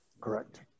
Correct